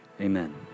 amen